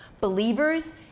Believers